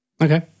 Okay